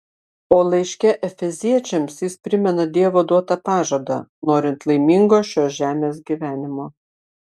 o laiške efeziečiams jis primena dievo duotą pažadą norint laimingo šios žemės gyvenimo